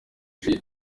nigeria